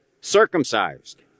circumcised